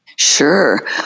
sure